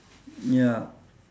ya